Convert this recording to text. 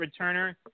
returner